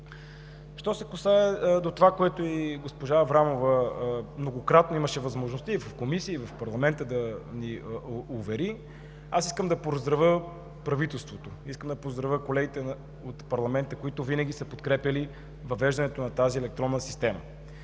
Що се касае до това, което и госпожа Аврамова многократно имаше възможността и в комисии, и в парламента да ни увери, аз искам да поздравя правителството, искам да поздравя колегите от парламента, които винаги са подкрепяли въвеждането на тази електронна система.